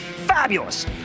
Fabulous